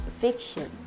fiction